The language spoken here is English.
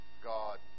God